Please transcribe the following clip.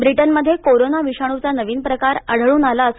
ब्रिटनमध्ये कोरोना विषाणूचा नवीन प्रकार आढळून आला आहे